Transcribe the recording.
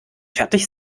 fertig